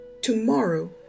tomorrow